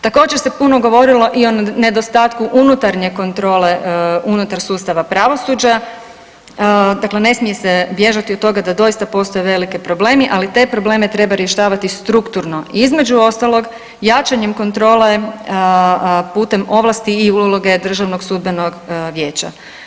Također se puno govorilo i o nedostatku unutarnje kontrole unutar sustava pravosuđa, dakle ne smije se bježati od toga da doista postoje veliki problemi, ali te probleme treba rješavati strukturno, između ostalog jačanjem kontrole putem ovlasti i uloge DSV-a.